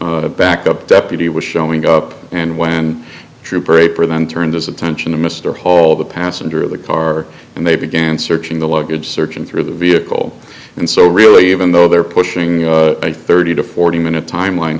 backup deputy was showing up and when trooper a prevent turned his attention to mr hall the passenger in the car and they began searching the luggage searching through the vehicle and so really even though they're pushing a thirty to forty minute timeline